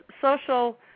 social